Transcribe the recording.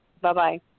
Bye-bye